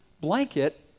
blanket